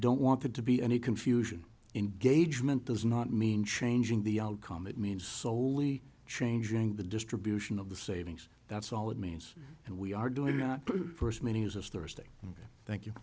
don't want it to be any confusion engagement does not mean changing the outcome it means soley changing the distribution of the savings that's all it means and we are doing not first many uses thursday thank you